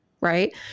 right